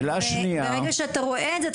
וברגע שאתה רואה את זה,